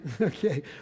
Okay